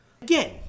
Again